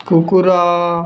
କୁକୁର